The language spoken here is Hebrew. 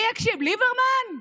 מי יקשיב, ליברמן?